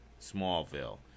Smallville